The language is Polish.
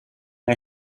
nie